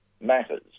matters